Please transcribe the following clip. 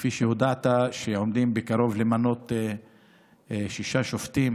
כפי שהודעת, עומדים בקרוב למנות שישה שופטים